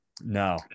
no